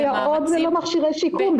סייעות זה לא מכשירי שיקום.